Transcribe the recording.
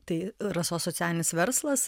tai rasos socialinis verslas